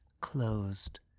closed